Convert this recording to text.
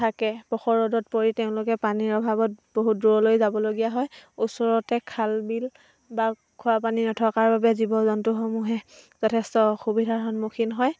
থাকে প্ৰখৰ ৰ'দত পৰি তেওঁলোকে পানীৰ অভাৱত বহুত দূৰলৈ যাবলগীয়া হয় ওচৰতে খাল বিল বা খোৱা পানী নথকাৰ বাবে জীৱ জন্তুসমূহে যথেষ্ট অসুবিধাৰ সন্মুখীন হয়